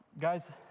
Guys